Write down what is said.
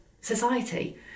society